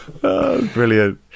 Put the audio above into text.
Brilliant